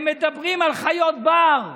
הם מדברים על חיות בר.